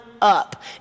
up